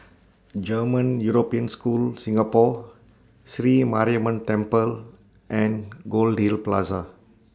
German European School Singapore Sri Mariamman Temple and Goldhill Plaza